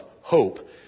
hope